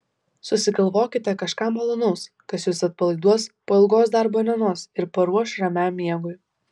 susigalvokite kažką malonaus kas jus atpalaiduos po ilgos darbo dienos ir paruoš ramiam miegui